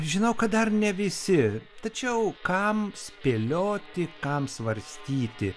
žinau kad dar ne visi tačiau kam spėlioti kam svarstyti